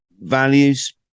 values